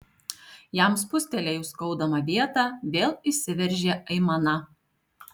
jam spustelėjus skaudamą vietą vėl išsiveržė aimana